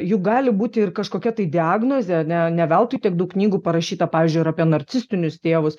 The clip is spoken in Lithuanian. juk gali būti ir kažkokia tai diagnozė ne ne veltui tiek daug knygų parašyta pavyzdžiui ir apie narcisistinius tėvus